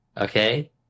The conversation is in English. Okay